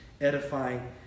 edifying